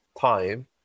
time